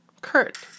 Kurt